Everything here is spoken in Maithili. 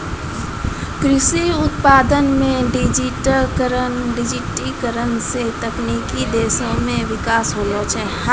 कृषि उत्पादन मे डिजिटिकरण से तकनिकी क्षेत्र मे बिकास होलै